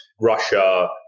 Russia